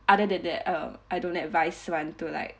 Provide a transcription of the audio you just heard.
other than that uh I don't advice one to like